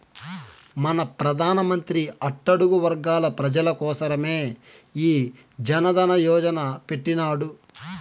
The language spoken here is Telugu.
మన పెదానమంత్రి అట్టడుగు వర్గాల పేజీల కోసరమే ఈ జనదన యోజన మొదలెట్టిన్నాడు